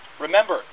remember